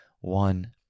one